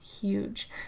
huge